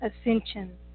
ascension